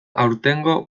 aurtengo